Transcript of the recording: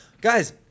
Guys